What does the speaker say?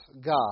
God